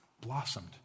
blossomed